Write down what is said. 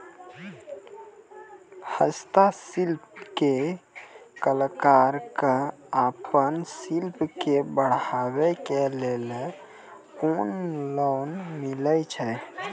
हस्तशिल्प के कलाकार कऽ आपन शिल्प के बढ़ावे के लेल कुन लोन मिलै छै?